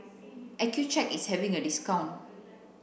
Accucheck is having a discount